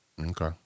okay